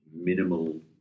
minimal